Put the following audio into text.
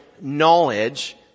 knowledge